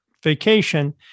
vacation